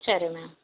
சரி மேம்